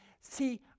See